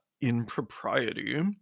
Impropriety